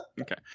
okay